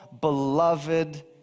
beloved